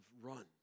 run